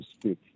speak